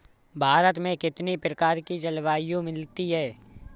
भारत में कितनी प्रकार की जलवायु मिलती है?